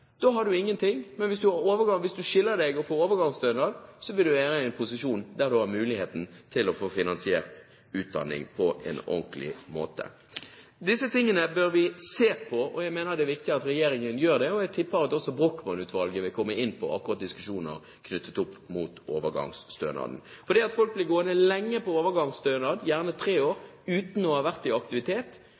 Da har du ingen ting. Men hvis du skiller deg og får overgangsstønad, vil du være i en posisjon der du har muligheten til å få finansiert utdanning på en ordentlig måte. Disse tingene bør vi se på. Jeg mener det er viktig at regjeringen gjør det, og jeg tipper at også Brochmann-utvalget vil komme inn på spørsmål knyttet opp mot akkurat overgangsstønaden. For blir folk gående lenge på overgangsstønad – gjerne tre år – uten å ha vært i aktivitet,